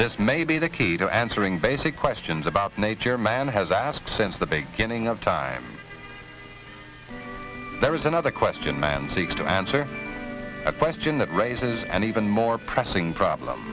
this may be the key to answering basic questions about nature a man has asked since the beginning of time there is another question man seeks to answer a question that raises an even more pressing problem